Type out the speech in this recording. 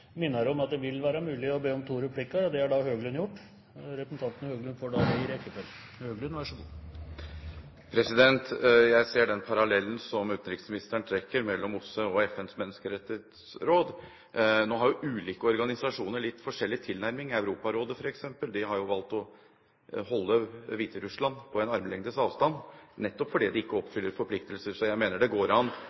minner om at det vil være mulig å be om to replikker. Det har representanten Høglund gjort. Jeg ser den parallellen som utenriksministeren trekker mellom OSSE og FNs menneskerettsråd. Nå har jo ulike organisasjoner litt forskjellig tilnærming. Europarådet, f.eks., har jo valgt å holde Hviterussland på en armlengdes avstand nettopp fordi de ikke oppfyller sine forpliktelser. Jeg mener det går an